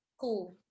cool